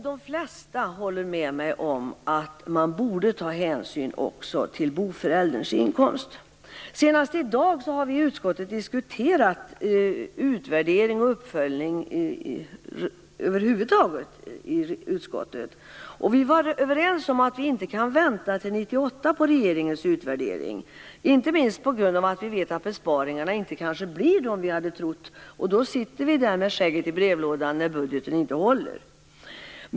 De flesta håller nog med mig om att man borde ta hänsyn också till boförälderns inkomst. Senast i dag har vi i utskottet diskuterat utvärdering och uppföljning över huvud taget. Vi var överens om att vi inte kan vänta till 1998 på regeringens utvärdering, inte minst på grund av att besparingarna kanske inte blir så stora som man hade trott, och då sitter vi där med skägget i brevlådan om budgeten inte håller.